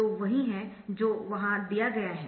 तो वही है जो वहाँ दिया गया है